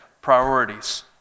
priorities